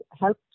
help